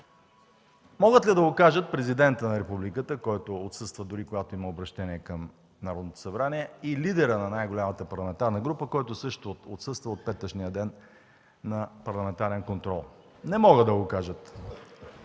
Могат ли да го кажат Президентът на Републиката, който отсъства дори и когато има обръщение към Народното събрание, и лидерът на най-голямата парламентарна група, който също отсъства от петъчния ден на парламентарен контрол? Не могат да го кажат!